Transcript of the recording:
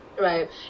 right